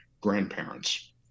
grandparents